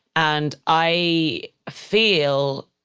and i feel,